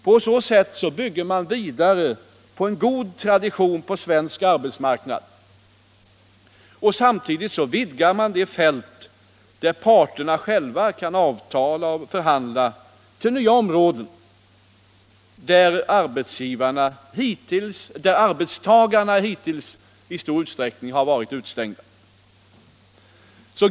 På så sätt bygger man vidare på en god tradition på svensk arbetsmarknad, och samtidigt vidgar man det fält, där parterna själva kan avtala och förhandla, till nya områden där arbetstagarna hittills i stor utsträckning har varit utestängda.